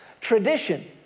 tradition